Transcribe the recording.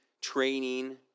training